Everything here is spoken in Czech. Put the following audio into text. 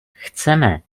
chceme